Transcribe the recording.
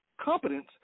competence